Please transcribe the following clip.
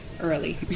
early